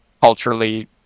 culturally